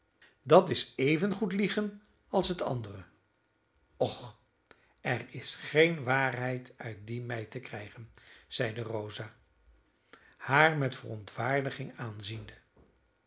dat is evengoed liegen als het andere och er is geen waarheid uit die meid te krijgen zeide rosa haar met verontwaardiging aanziende